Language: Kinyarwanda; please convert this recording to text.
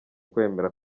kwemera